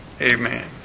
Amen